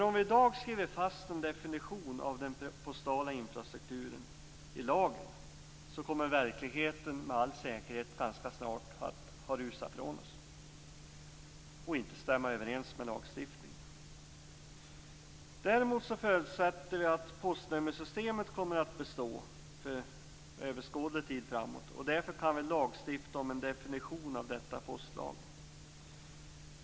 Om vi i dag skriver in en definition av den postala infrastrukturen i lagen kommer verkligheten med all säkerhet ganska snart att ha rusat ifrån oss och inte längre stämma överens med lagstiftningen. Däremot förutsätter vi att postnummersystemet kommer att bestå för överskådlig framtid. Därför kan vi lagstifta om en definition av detta i postlagen.